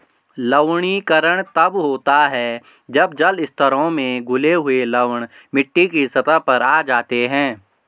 लवणीकरण तब होता है जब जल स्तरों में घुले हुए लवण मिट्टी की सतह पर आ जाते है